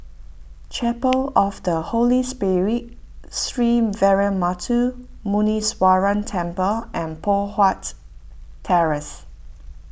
Chapel of the Holy Spirit Sree Veeramuthu Muneeswaran Temple and Poh Huat Terrace